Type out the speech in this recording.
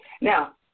Now